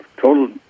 total